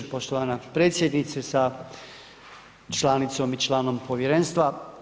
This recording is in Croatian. Poštovana predsjednice sa članicom i članom povjerenstva.